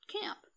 camp